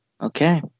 Okay